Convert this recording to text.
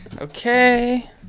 Okay